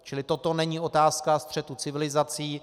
Čili toto není otázka střetu civilizací.